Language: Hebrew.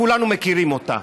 כולנו מכירים אותה.